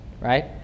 right